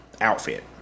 outfit